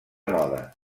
moda